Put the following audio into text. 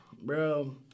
Bro